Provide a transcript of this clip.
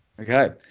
Okay